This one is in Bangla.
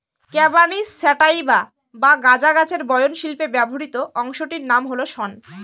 ক্যানাবিস স্যাটাইভা বা গাঁজা গাছের বয়ন শিল্পে ব্যবহৃত অংশটির নাম হল শন